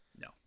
No